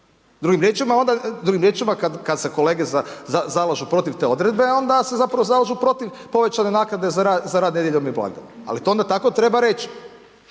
Drugim riječima kad se kolege zalažu protiv te odredbe onda se zapravo zalažu protiv povećane naknade za rad nedjeljom i blagdanom, ali to onda tako treba reći,